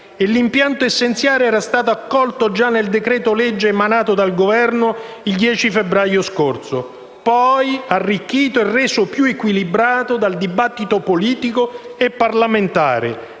L'impianto essenziale era stato accolto già nel decreto-legge emanato dal Governo il 10 febbraio scorso, poi arricchito e reso più equilibrato dal dibattito politico e parlamentare,